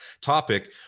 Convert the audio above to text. topic